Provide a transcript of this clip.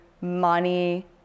money